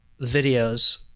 videos